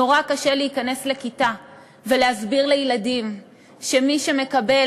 נורא קשה להיכנס לכיתה ולהסביר לילדים שמי שמקבל